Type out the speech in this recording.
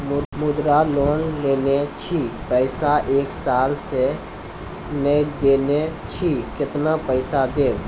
मुद्रा लोन लेने छी पैसा एक साल से ने देने छी केतना पैसा देब?